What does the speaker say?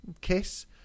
Kiss